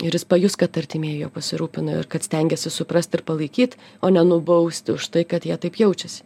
ir jis pajus kad artimieji juo pasirūpina ir kad stengiasi suprast ir palaikyt o ne nubausti už tai kad jie taip jaučiasi